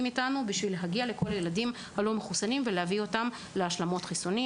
כל זה כדי להגיע לכל ילד ולהביא אותו להשלמת חיסונים.